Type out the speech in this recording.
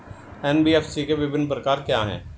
NBFC के विभिन्न प्रकार क्या हैं?